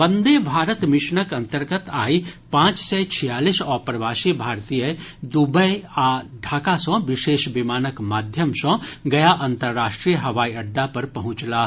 वंदे भारत मिशनक अंतर्गत आइ पांच सय छियालिस अप्रवासी भारतीय दुबई आ ढाका सँ विशेष विमानक माध्यम सँ गया अंतर्राष्ट्रीय हवाई अड्डा पर पहुंचलाह